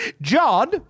John